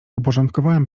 uporządkowałem